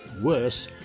Worse